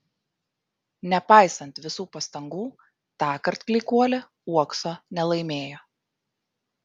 nepaisant visų pastangų tąkart klykuolė uokso nelaimėjo